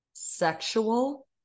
Sexual